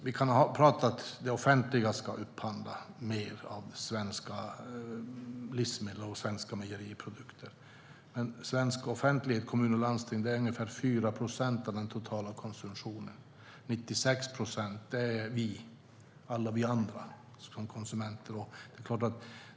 Vi kan tala om att det offentliga ska upphandla mer av svenska livsmedel och svenska mejeriprodukter. Men svensk offentlighet, kommuner och landsting, står för ungefär 4 procent av den totala konsumtionen. Alla vi andra konsumenter står för 96 procent.